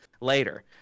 later